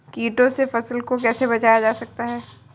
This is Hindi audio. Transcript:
कीटों से फसल को कैसे बचाया जा सकता है?